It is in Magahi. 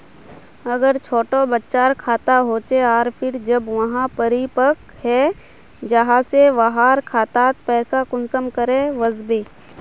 अगर छोटो बच्चार खाता होचे आर फिर जब वहाँ परिपक है जहा ते वहार खातात पैसा कुंसम करे वस्बे?